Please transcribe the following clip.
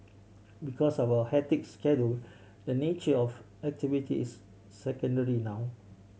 because of hectic schedule the nature of activity is secondary now